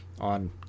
on